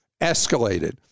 escalated